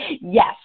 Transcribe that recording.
Yes